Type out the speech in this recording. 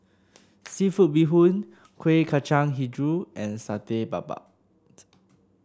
seafood Bee Hoon Kueh Kacang hijau and Satay Babat